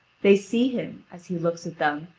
they see him, as he looks at them,